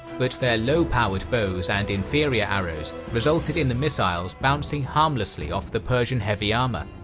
but their low powered bows and inferior arrows resulted in the missiles bouncing harmlessly off the persian heavy armour.